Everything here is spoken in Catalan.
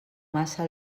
massa